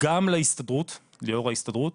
גם ליו"ר ההסתדרות